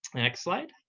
next slide.